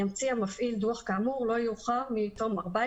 ימציא המפעיל דוח כאמור לא יאוחר מתום 14